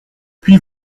puis